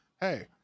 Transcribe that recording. Hey